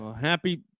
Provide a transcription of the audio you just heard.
Happy